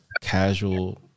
casual